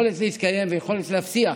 יכולת להתקיים ויכולת להבטיח